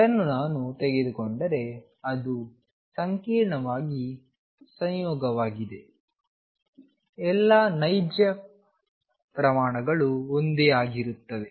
ಇದನ್ನು ನಾನು ತೆಗೆದುಕೊಂಡರೆ ಅದು ಸಂಕೀರ್ಣವಾಗಿ ಸಂಯೋಗವಾಗಿದೆ ಎಲ್ಲಾ ನೈಜ ಪ್ರಮಾಣಗಳು ಒಂದೇ ಆಗಿರುತ್ತವೆ